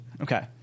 Okay